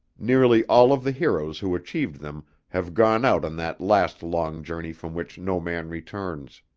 nearly all of the heroes who achieved them have gone out on that last long journey from which no man returns.